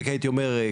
רק הייתי אומר,